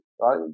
right